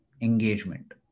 engagement